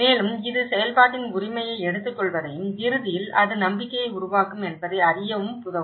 மேலும் இது செயல்பாட்டின் உரிமையை எடுத்துக்கொள்வதையும் இறுதியில் அது நம்பிக்கையை உருவாக்கும் என்பதையும் அறிய உதவும்